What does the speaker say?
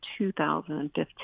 2015